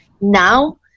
Now